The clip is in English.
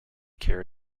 care